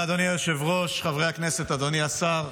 אדוני היושב-ראש, חברי הכנסת, אדוני השר,